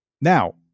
Now